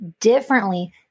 differently